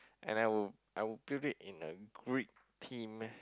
and I would I would build it in a Greek theme